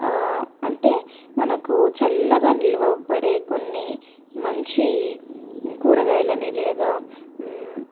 అంటే మనకు చల్లగా నిలువ పడే కొన్ని మంచి కూరగాయలని లేదా